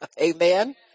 Amen